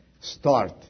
start